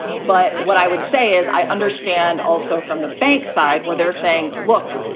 but what i would say is i understand also from the bank side where they're saying, look,